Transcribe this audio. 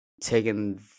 taking